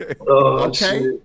Okay